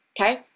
Okay